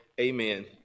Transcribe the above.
amen